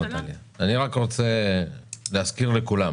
רוצה להזכיר לכולם